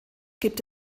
gibt